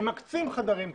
הם מקצים חדרים כאלה.